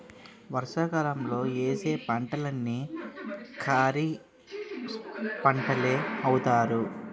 వర్షాకాలంలో యేసే పంటలన్నీ ఖరీఫ్పంటలే అవుతాయి